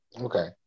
Okay